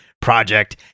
Project